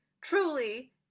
truly